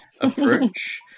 approach